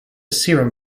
serum